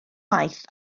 waith